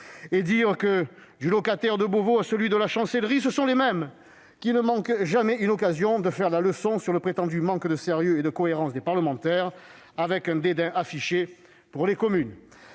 Et dire que, du locataire de Beauvau à celui de la Chancellerie, ce sont les mêmes qui ne manquent jamais une occasion de faire la leçon sur le prétendu manque de sérieux et de cohérence des parlementaires, avec un dédain affiché pour les communes